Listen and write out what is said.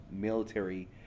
military